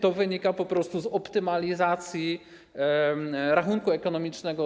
To wynika po prostu z optymalizacji rachunku ekonomicznego.